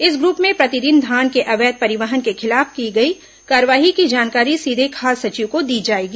इस ग्रूप में प्रतिदिन धान के अवैध परिवहन के खिलाफ की गई कार्रवाई की जानकारी सीधे खाद्य सचिव को दी जाएगी